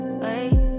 wait